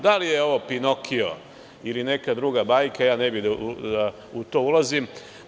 Da li je ovo „Pinokio“ ili neka druga bajka, ja ne bih da ulazim u to.